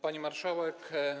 Pani Marszałek!